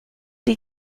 die